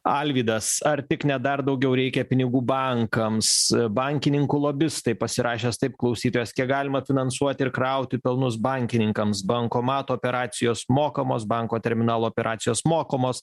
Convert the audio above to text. alvydas ar tik ne dar daugiau reikia pinigų bankams bankininkų lobistai pasirašęs taip klausytojas kiek galima finansuoti ir krauti pelnus bankininkams bankomato operacijos mokamos banko terminalo operacijos mokomos